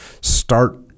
Start